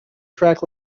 track